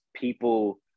people